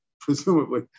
presumably